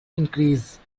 increase